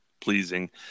pleasing